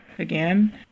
again